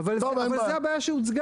אתה אמרת את זה בעצמך שאם לא כתוב,